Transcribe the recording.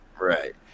Right